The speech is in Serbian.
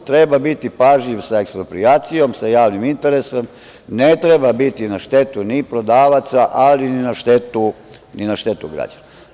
Treba biti pažljiv sa eksproprijacijom, sa javnim interesom, ne treba biti na štetu ni prodavaca, ali ni na štetu građana.